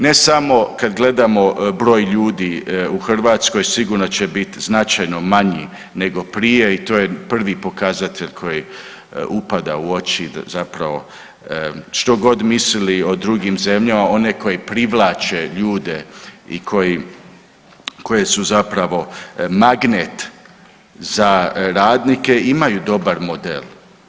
Ne samo kad gledamo broj ljudi u Hrvatskoj sigurno će bit značajno manji nego prije i to je prvi pokazatelj koji upada u oči da zapravo što god mislili o drugim zemljama, one koje privlače ljude i koje su zapravo magnet za radnike imaju dobar model.